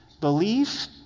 Belief